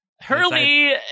Hurley